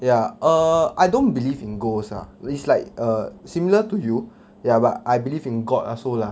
ya err I don't believe in ghost lah it's like err similar to you ya but I believe in god also lah